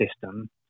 system